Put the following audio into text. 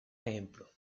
ejemplos